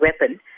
weapon